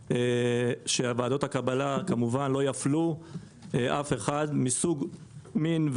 שוועדות הקבלה לא יפלו אף אחד מטעמים של מין,